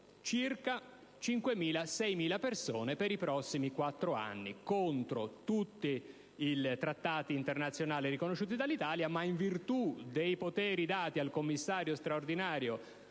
circa 5.000-6.000 persone per i prossimi quattro anni, contro tutti i trattati internazionali riconosciuti dall'Italia, ma in virtù dei poteri dati al commissario straordinario,